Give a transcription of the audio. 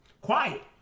Quiet